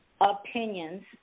opinions